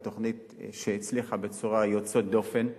היא תוכנית שהצליחה בצורה יוצאת דופן.